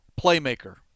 playmaker